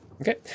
Okay